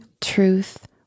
truth